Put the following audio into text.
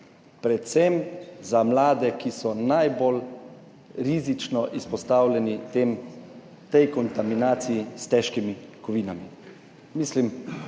predvsem za mlade, ki so najbolj rizično izpostavljeni tem, tej kontaminaciji s težkimi kovinami.